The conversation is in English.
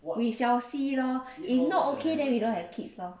we shall see lor if not okay we don't have kids lor